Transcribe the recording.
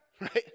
right